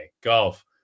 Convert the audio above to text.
golf